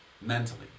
mentally